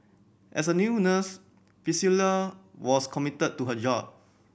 as a new nurse Priscilla was committed to her job